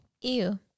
Ew